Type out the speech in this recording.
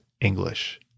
English